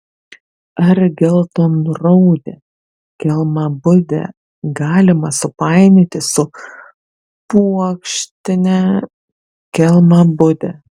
ar geltonraudę kelmabudę galima supainioti su puokštine kelmabude